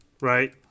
Right